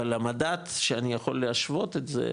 אבל המדד שאני יכול להשוות את זה,